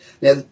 Now